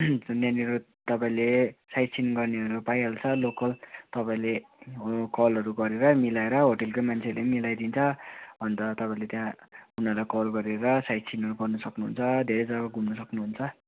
यहाँनिर तपाईँले साइटसिनहरू गर्नेहरू पाइहाल्छ लोकल तपाईँले कलहरू गरेर मिलाएर होटलकै मान्छेहरूले पनि मिलाइदिन्छ अन्त तपाईँले त्यहाँ उनीहरूलाई कल गरेर साइटसिनहरू गर्नु सक्नुहुन्छ धेरै जग्गा घुम्नु सक्नुहुन्छ